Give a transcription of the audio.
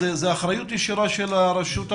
זו אחריות ישירה של הרשות המקומית,